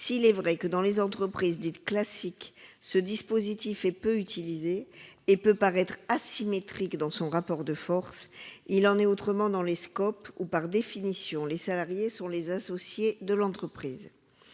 S'il est vrai que, dans les entreprises dites classiques, ce dispositif est peu utilisé et peut paraître asymétrique dans son rapport de force, il en est autrement dans les SCOP, où, par définition, les salariés sont les associés de l'entreprise.